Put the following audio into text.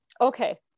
Okay